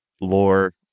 lore